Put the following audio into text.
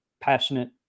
passionate